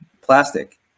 Plastic